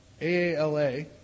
AALA